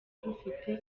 rufite